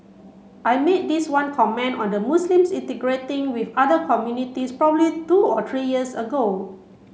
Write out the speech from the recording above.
I made this one comment on the Muslims integrating with other communities probably two or three years ago